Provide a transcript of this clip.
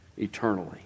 eternally